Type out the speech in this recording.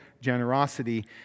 generosity